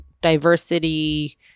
diversity